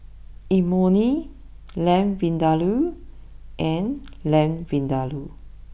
Imoni Lamb Vindaloo and Lamb Vindaloo